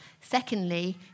Secondly